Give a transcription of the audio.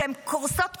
שהן קורסות כולן,